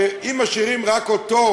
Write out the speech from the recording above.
שאם משאירים רק אותו,